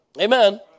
Amen